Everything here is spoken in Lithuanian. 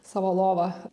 savo lovą